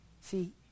See